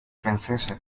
francesa